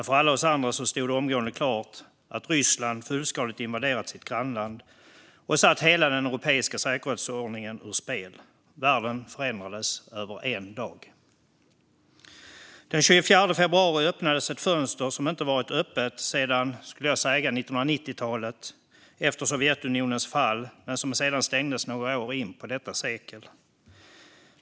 För alla oss andra stod det omgående klart att Ryssland fullskaligt hade invaderat sitt grannland och satt hela den europeiska säkerhetsordningen ur spel. Världen förändrades över en dag. Den 24 februari öppnades ett fönster som inte hade varit öppet sedan, skulle jag säga, 1990-talet efter Sovjetunionens fall och som sedan stängdes några år in på detta sekel.